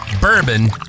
bourbon